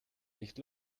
nicht